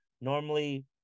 normally